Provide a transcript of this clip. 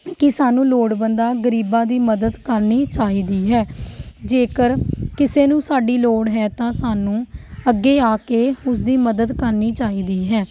ਕਿ ਸਾਨੂੰ ਲੋੜਵੰਦਾਂ ਗਰੀਬਾਂ ਦੀ ਮਦਦ ਕਰਨੀ ਚਾਹੀਦੀ ਹੈ ਜੇਕਰ ਕਿਸੇ ਨੂੰ ਸਾਡੀ ਲੋੜ ਹੈ ਤਾਂ ਸਾਨੂੰ ਅੱਗੇ ਆ ਕੇ ਉਸਦੀ ਮਦਦ ਕਰਨੀ ਚਾਹੀਦੀ ਹੈ